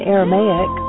Aramaic